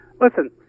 Listen